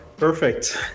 Perfect